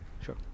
Sure